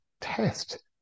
test